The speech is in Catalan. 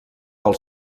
del